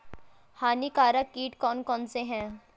हानिकारक कीट कौन कौन से हैं?